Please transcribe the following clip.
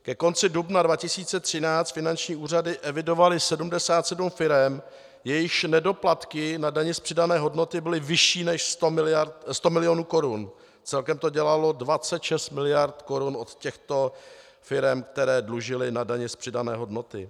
Ke konci dubna 2013 finanční úřady evidovaly 77 firem, jejichž nedoplatky na dani z přidané hodnoty byly vyšší než 100 milionů korun, celkem to dělalo 26 miliard korun od těchto firem, které dlužily na dani z přidané hodnoty.